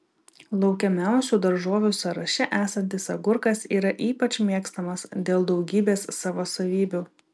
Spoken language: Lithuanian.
laukiamiausių daržovių sąraše esantis agurkas yra ypač mėgstamas dėl daugybės savo savybių